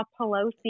Pelosi